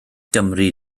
gymri